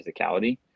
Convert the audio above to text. physicality